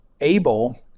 able